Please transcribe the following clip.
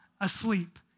asleep